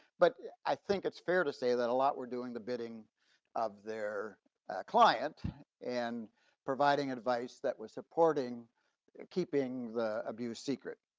but i think it's fair to say that a lot, we're doing the bidding of their client and providing advice that was supporting keeping the abuse secret.